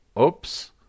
oops